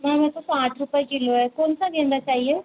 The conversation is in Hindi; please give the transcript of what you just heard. मैम यह तो पाँच रूपये किलो है कौन सा गेंदा चाहिए